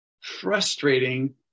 frustrating